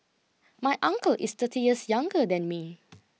my uncle is thirty years younger than me